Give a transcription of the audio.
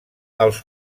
els